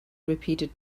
repeated